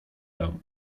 dam